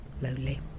lonely